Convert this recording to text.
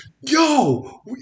yo